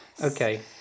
Okay